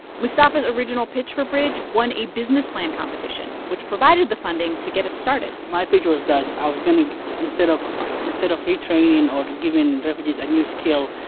mustafa's original pitch for bridge won a business plan competition, which provided the funding to get it started my pitch was that i was going to instead of instead of retraining or giving refugees a new skill,